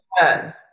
Good